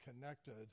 connected